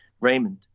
Raymond